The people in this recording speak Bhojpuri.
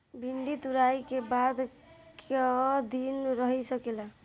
भिन्डी तुड़ायी के बाद क दिन रही सकेला?